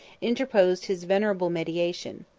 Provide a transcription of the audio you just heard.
interposed his venerable mediation.